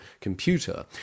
computer